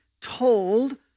told